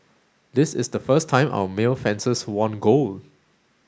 this is the first time our male fencers won gold